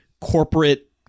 corporate